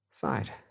side